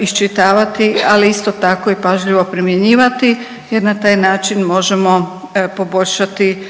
iščitavati, ali isto tako i pažljivo primjenjivati jer na taj način možemo poboljšati